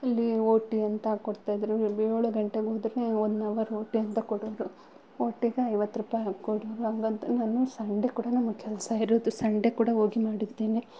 ಇಲ್ಲಿ O T ಅಂತ ಕೊಡ್ತಾಯಿದ್ರು ಇವ್ರು ಬಿ ಏಳು ಗಂಟೆಗೆ ಹೋದ್ರೆ ಒನ್ ಅವರ್ ಓ ಟಿ ಅಂತ ಕೊಡೋರು ಒ ಟಿಗೆ ಐವತ್ತು ರುಪಾಯಿ ಹಾಕ್ಕೊಡೋರು ಹಂಗಂತ ನಾನು ಸಂಡೇ ಕೂಡ ನಮಗೆ ಕೆಲಸ ಇರೋದು ಸಂಡೇ ಕೂಡ ಹೋಗಿ ಮಾಡಿದ್ದಿನಿ